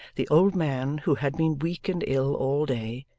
the old man, who had been weak and ill all day,